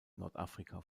nordafrika